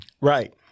Right